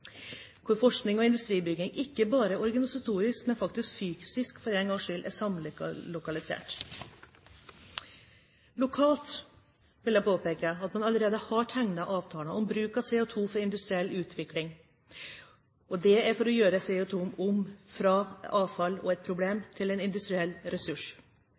hvor forskning og industribyggingen ikke bare organisatorisk, men faktisk fysisk er samlokalisert for en gangs skyld. Lokalt vil jeg påpeke at man allerede har tegnet avtaler om bruk av CO2 for industriell utvikling, og det er for å gjøre CO2 om fra avfall og et problem til en industriell ressurs.